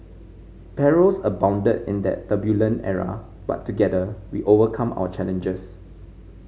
perils abounded in that turbulent era but together we overcame our challenges